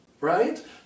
right